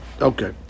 Okay